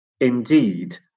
indeed